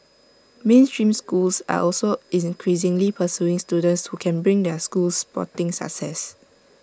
mainstream schools are also increasingly pursuing students who can bring their schools sporting success